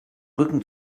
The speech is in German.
rücken